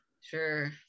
Sure